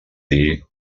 dir